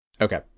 Okay